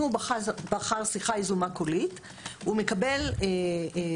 אם הוא בחר שיחה יזומה קולית הוא מקבל הודעה,